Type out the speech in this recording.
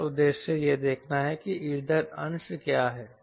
हमारा उद्देश्य यह देखना है कि ईंधन अंश क्या है